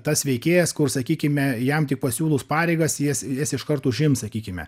tas veikėjas kur sakykime jam tik pasiūlus pareigas jas jas iškart užims sakykime